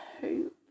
hope